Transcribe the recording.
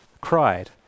cried